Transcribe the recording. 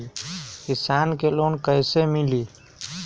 किसान के लोन कैसे मिली?